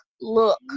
look